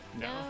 No